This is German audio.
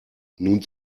nun